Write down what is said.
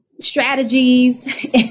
strategies